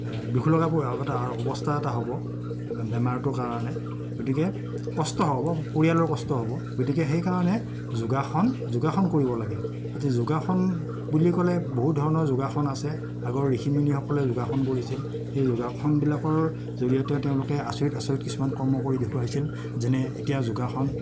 দুখ লগা এটা অৱস্থা এটা হ'ব বেমাৰটোৰ কাৰণে গতিকে কষ্ট হ'ব পৰিয়ালৰ কষ্ট হ'ব গতিকে সেইকাৰণে যোগাসন যোগাসন কৰিব লাগে গতিকে যোগাসন বুলি ক'লে বহু ধৰণৰ যোগাসন আছে আগৰ ঋষিমুনিসকলে যোগাসন কৰিছিল সেই যোগাসন বিলাকৰ জৰিয়তে তেওঁলোকে আচৰিত আচৰিত কিছুমান কৰ্ম কৰি দেখুৱাইছিল যেনে এতিয়া যোগাসন